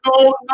no